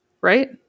right